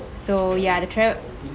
so ya the travel